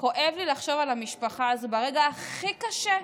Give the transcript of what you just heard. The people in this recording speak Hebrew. כואב לי לחשוב על המשפחה הזו ברגע הכי קשה,